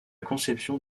conception